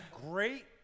Great